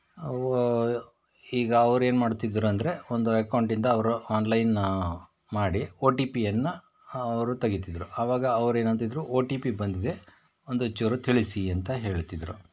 ಈಗ ಅವ್ರು ಏನು ಮಾಡ್ತಿದ್ರು ಅಂದರೆ ಒಂದು ಅಕೌಂಟಿಂದ ಅವರು ಆನ್ಲೈನ್ ಮಾಡಿ ಓ ಟಿ ಪಿಯನ್ನು ಅವರು ತೆಗೀತಿದ್ದರು ಅವಾಗ ಅವ್ರು ಏನಂತಿದ್ದರು ಓ ಟಿ ಪಿ ಬಂದಿದೆ ಒಂದು ಚೂರು ತಿಳಿಸಿ ಅಂತ ಹೇಳ್ತಿದ್ದರು